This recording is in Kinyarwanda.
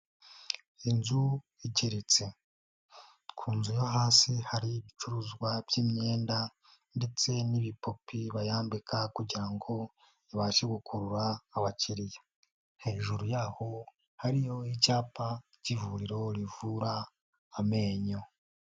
Inzu igeretse. Ku nzu yo hasi hari ibicuruzwa by'imyenda, ndetse n'ibipupe bayambika kugira ngo babashe gukurura abakiriya. Hejuru yaho, hariyo icyapa k'ivuriro rivura amenyo.